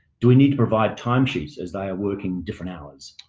do we need to provide timesheets as they are working different hours?